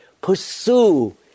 Pursue